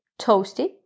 Toasty